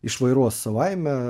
išvairuos savaime